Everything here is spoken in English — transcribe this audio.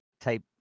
type